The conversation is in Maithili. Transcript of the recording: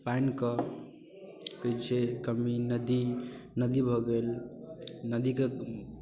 पानिके होइ छै कमी नदी नदी भऽ गेल नदीके